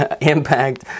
impact